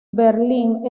berlín